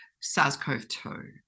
SARS-CoV-2